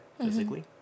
physically